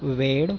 वेळ